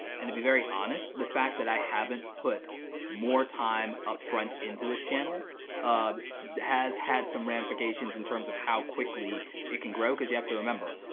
and to be very honest, the fact that i haven't put more time up front into this channel um has had some ramifications in terms of how quickly it can grow, cause you have to remember,